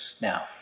now